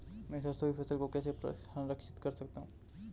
मैं सरसों की फसल को कैसे संरक्षित कर सकता हूँ?